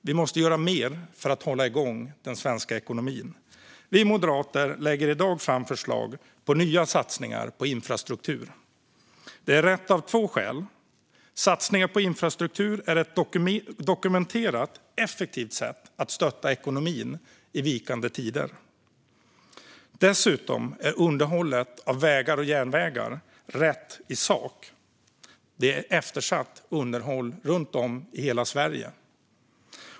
Vi måste göra mer för att hålla igång den svenska ekonomin. Vi moderater lägger i dag fram förslag på nya satsningar på infrastruktur. Det är rätt av två skäl. Satsningar på infrastruktur är ett dokumenterat effektivt sätt att stötta ekonomin i vikande tider. Dessutom är underhållet av vägar och järnvägar rätt i sak. Det är eftersatt underhåll runt om i hela Sverige.